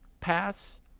pass